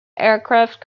aircraft